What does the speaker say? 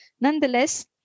Nonetheless